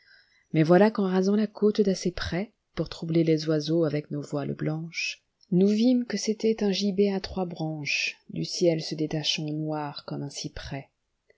mais voilà qu'en rasant la côte d'assez prèspour troubler les oiseaux avec nos voiles blanches nous vîmes que c'était un gibet à trois branches du ciel se détachant en noir comme un cyprès